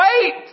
wait